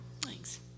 Thanks